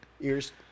Ears